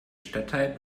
stadtteil